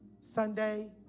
Sunday